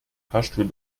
fahrstuhl